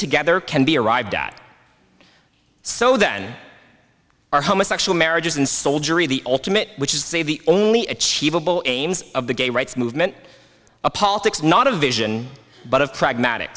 together can be arrived at so then our homosexual marriages and soldiery the ultimate which is save the only achievable aims of the gay rights movement a politics not a vision but of pragmatic